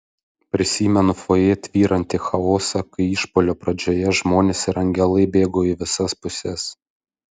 prisimenu fojė tvyrantį chaosą kai išpuolio pradžioje žmonės ir angelai bėgo į visas puses